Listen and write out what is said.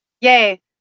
yay